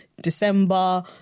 December